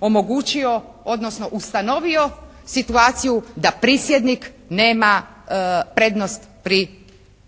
omogućio, odnosno ustanovio situaciju da prisjednik nema prednost pri